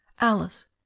alice